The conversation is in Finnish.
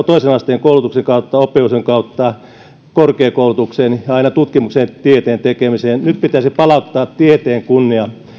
toisen asteen koulutuksen kautta oppimisen kautta korkeakoulutukseen ja aina tutkimukseen ja tieteen tekemiseen nyt pitäisi palauttaa tieteen kunnia